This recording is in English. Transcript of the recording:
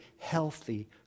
healthy